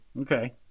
Okay